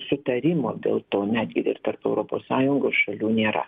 sutarimo dėl to netgi ir tarp europos sąjungos šalių nėra